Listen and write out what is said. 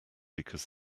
because